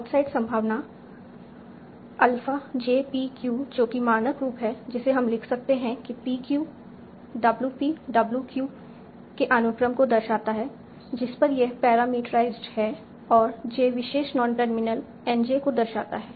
outside संभावना alpha j p q जो कि मानक प्रारूप है जिसे हम लिख सकते हैं कि p q W p W q के अनुक्रम को दर्शाता है जिस पर यह पैरामीटराइज्ड है और j विशेष नॉन टर्मिनल N j को दर्शाता है